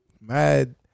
mad